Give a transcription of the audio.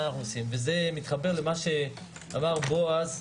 זה מתחבר למה שאמר בועז,